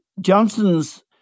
Johnson's